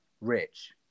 rich